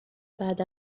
بعد